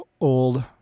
old